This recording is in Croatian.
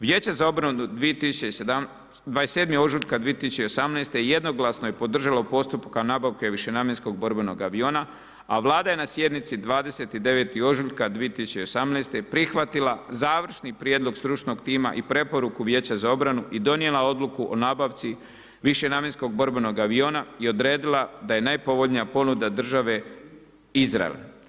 Vijeće za obranu 27. ožujka 2018. jednoglasno je podržalo postupak nabavke višenamjenskog borbenog aviona a Vlada je na sjednici 29. ožujka 2018. prihvatila završni prijedlog stručnog tima i preporuku Vijeća za obranu i donijela odluku o nabavci višenamjenskog borbenog aviona i odredila da je najpovoljnija ponuda države Izrael.